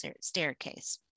staircase